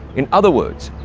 in other words,